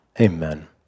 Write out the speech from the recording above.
amen